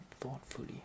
thoughtfully